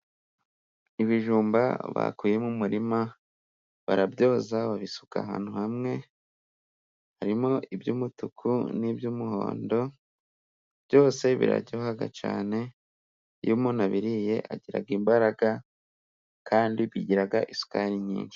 Ibijumba bakuye mu umurima, barabyoza, babisuka ahantu hamwe, harimo iby'umutuku, n'iby'umuhondo, byose biraroha cyane, iyo umuntu abiriye, agira imbaraga kandi bigira isukari nyinshi.